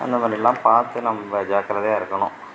என்ன பண்ணிடலாம் பார்த்து நம்ம ஜாக்கிரதையாக இருக்கணும்